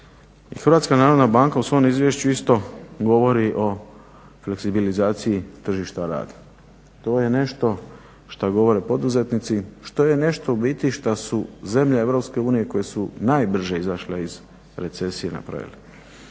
Hrvatska narodna banka u svom izvješću isto govori o fleksibilizaciji tržišta rada. To je nešto što govore poduzetnici, to je nešto u biti što su zemlje EU koje su najbrže izašle iz recesije napravile.